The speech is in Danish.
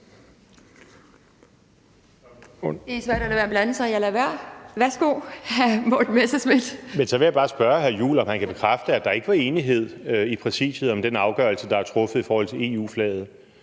er svært at lade være at blande sig – jeg lader være. Værsgo, hr. Morten Messerschmidt. Kl. 12:20 Morten Messerschmidt (DF): Men så vil jeg bare spørge hr. Christian Juhl, om han kan bekræfte, at der ikke var enighed i Præsidiet om den afgørelse, der er truffet i forhold til EU-flaget.